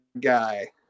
guy